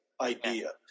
idea